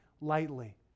lightly